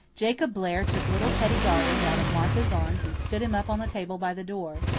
jacob blair took little teddy garland out of martha's arms and stood him up on the table by the door,